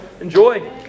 Enjoy